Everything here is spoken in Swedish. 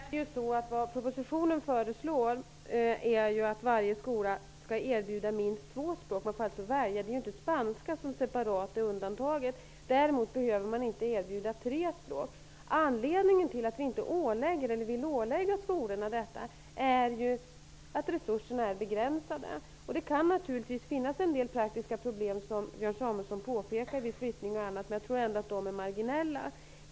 Herr talman! Vad propositionen föreslår är att varje skola skall erbjuda minst två språk. Eleverna får alltså välja, och spanska är alltså inte separat undantaget. Däremot behöver skolorna inte erbjuda tre språk. Anledningen till att vi inte vill ålägga skolorna detta är ju att resurserna är begränsade. Det kan naturligtvis, som Björn Samuelson påpekar, finnas en del praktiska problem vid exempelvis flyttning, men jag tror ändå att de är marginella.